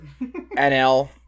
NL